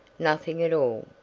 nothing at all.